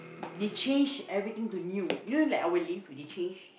they change everything to new you know like our lift they change